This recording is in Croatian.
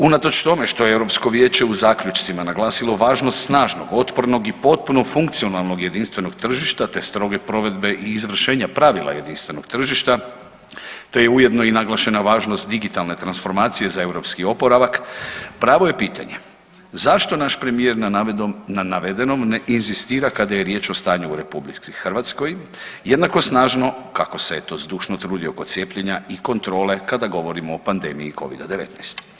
Unatoč tome što je Europsko vijeće u zaključcima naglasilo važnost snažnog, otpornog i potpuno funkcionalnog jedinstvenog tržišta, te stroge provedbe i izvršenja pravila jedinstvenog tržišta, te je ujedno i naglašena važnost digitalne transformacije za europski oporavak, pravo je pitanje zašto naš premijer na navedenom ne inzistira kada je riječ o stanju u RH jednako snažno kako se je to zdušno trudio oko cijepljenja i kontrole kada govorimo o pandemiji Covid-19.